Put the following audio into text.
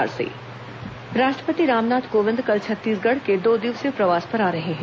राष्ट्रपति दौरा राष्ट्रपति रामनाथ कोविंद कल छत्तीसगढ़ के दो दिवसीय प्रवास पर आ रहे हैं